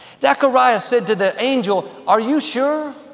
zechariah said to the angel, are you sure?